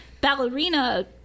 ballerina